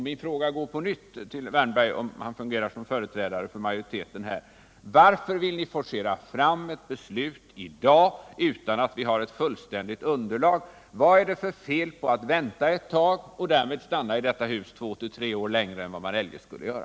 Min fråga går därför på nytt till Erik Wärnberg, om han fungerar som företrädare för majoriteten här: Varför vill ni forcera fram ett beslut i dag utan att vi har ett fullständigt underlag? Vad är det för fel på att vänta ett tag och därmed stanna i detta hus två till tre år längre än vad man eljest skulle göra?